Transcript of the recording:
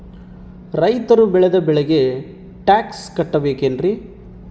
ರೈತರು ಬೆಳೆದ ಬೆಳೆಗೆ ಟ್ಯಾಕ್ಸ್ ಕಟ್ಟಬೇಕೆನ್ರಿ?